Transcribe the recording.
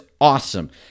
awesome